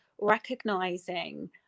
recognizing